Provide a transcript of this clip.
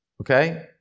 okay